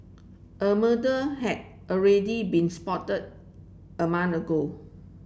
a murder had already been spotted a month ago